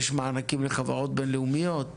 לחברות בינלאומיות,